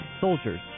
soldiers